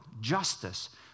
justice